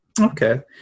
Okay